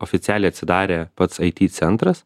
oficialiai atsidarė pats aiti centras